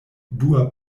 dua